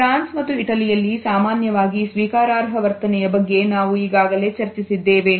France ಮತ್ತು ಇಟಲಿಯಲ್ಲಿ ಸಾಮಾನ್ಯವಾಗಿ ಸ್ವೀಕಾರಾರ್ಹ ವರ್ತನೆಯ ಬಗ್ಗೆ ನಾವು ಈಗಾಗಲೇ ಚರ್ಚಿಸಿದ್ದೇವೆ